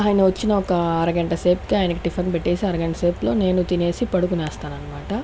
ఆయన వచ్చిన ఒక అరగంట సేపు కి ఆయనకి టిఫిన్ పెట్టేసి అరగంట సేపు లో నేను తినేసి పడుకునేస్తాననమాట